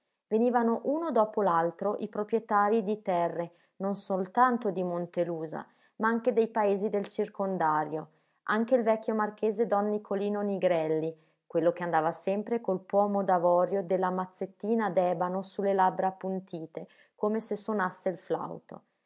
venivano uno dopo l'altro i proprietarii di terre non soltanto di montelusa ma anche dei paesi del circondario anche il vecchio marchese don nicolino nigrelli quello che andava sempre col pomo d'avorio della mazzettina d'ebano sulle labbra appuntite come se sonasse il flauto